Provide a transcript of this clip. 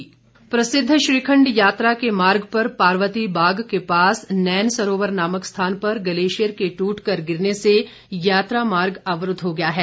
श्रीखण्ड प्रसिद्ध श्रीखण्ड यात्रा के मार्ग पर पार्वती बाग के पास नैन सरोवर नामक स्थान पर ग्लेशियर के टूट कर गिरने से यात्रा मार्ग अवरूद्व हो गया है